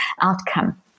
outcome